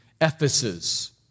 Ephesus